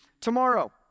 tomorrow